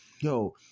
Yo